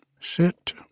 sit